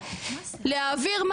הציבורי מאוד מאוד מסוכנת ובעייתית.